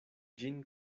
ĝin